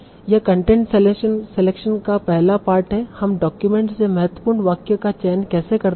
यह content selection का पहला पार्ट है हम डॉक्यूमेंट से महत्वपूर्ण वाक्य का चयन कैसे करते हैं